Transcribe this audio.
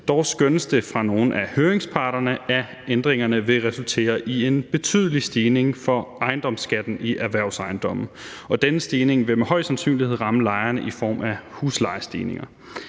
Dog skønnes det fra nogle af høringsparterne, at ændringerne vil resultere i en betydelig stigning af ejendomsskatten i erhvervsejendomme, og denne stigning vil med høj sandsynlighed ramme lejerne i form af huslejestigninger.